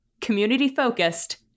Community-focused